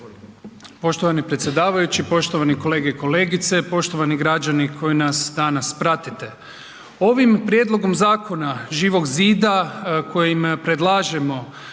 Poštovani predsjedavajući, poštovani kolege i kolegice, poštovani građani koji nas danas pratite. Ovim prijedlogom zakona Živog zida kojim predlažemo